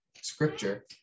scripture